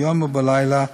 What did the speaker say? ביום ובלילה,